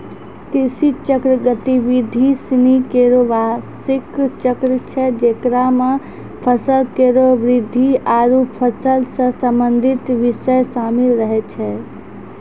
कृषि चक्र गतिविधि सिनी केरो बार्षिक चक्र छै जेकरा म फसल केरो वृद्धि आरु फसल सें संबंधित बिषय शामिल रहै छै